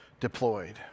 deployed